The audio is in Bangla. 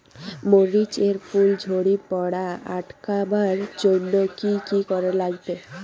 মরিচ এর ফুল ঝড়ি পড়া আটকাবার জইন্যে কি কি করা লাগবে?